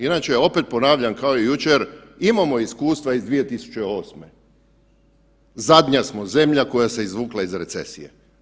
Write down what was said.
Inače, opet ponavljam kao i jučer imamo iskustva iz 2008., zadnja smo zemlja koje se izvukla iz recesije.